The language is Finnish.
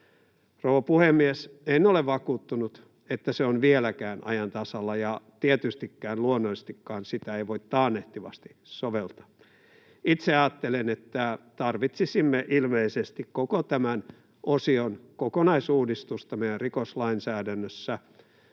Rouva puhemies! En ole vakuuttunut, että se on vieläkään ajan tasalla, ja tietysti luonnollisestikaan sitä ei voi taannehtivasti soveltaa. Itse ajattelen, että tarvitsisimme ilmeisesti koko tämän osion kokonaisuudistusta meidän rikoslainsäädännössä,